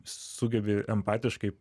sugebi empatiškai